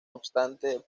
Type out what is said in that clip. obstante